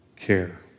care